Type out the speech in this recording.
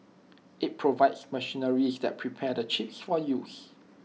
IT provides machinery that prepares the chips for use